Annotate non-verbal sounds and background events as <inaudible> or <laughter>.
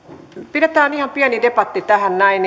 pidetään ihan pieni debatti tähän näin <unintelligible>